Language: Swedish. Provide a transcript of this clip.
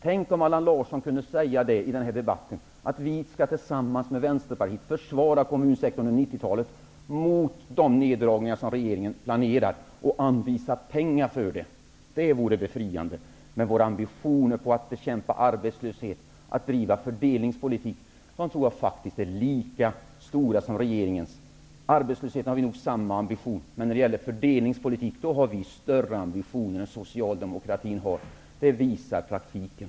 Tänk om Allan Larsson kunde säga i denna debatt att Vänsterpartiet skall försvara kommunsektorn under 1990-talet mot de neddragningar som regeringen planerar och anvisa pengar för detta. Det vore befriande. Men våra ambitioner när det gäller att bekämpa arbetslösheten och att driva fördelningspolitik tror jag faktiskt är lika stora som regeringens. När det gäller fördelningspolitiken torde vi ha större ambitioner än Socialdemokraterna. Det visar praktiken.